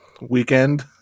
weekend